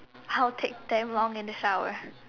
I will damn long in the shower